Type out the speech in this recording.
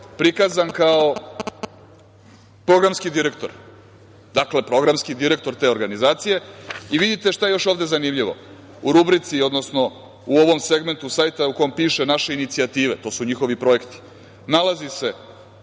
prikazan kao programski direktor. Dakle, programski direktor te organizacije. Vidite šta je ovde još zanimljivo, u rubrici, odnosno u ovom segmentu sajta u kom piše – naše inicijative, to su njihovi projekti, nalazi se